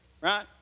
right